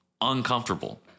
uncomfortable